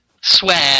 swear